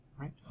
Right